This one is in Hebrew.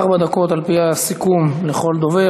ארבע דקות, על-פי הסיכום, לכל דובר.